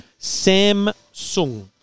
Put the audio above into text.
Samsung